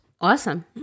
Awesome